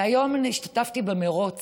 היום השתתפתי במרוץ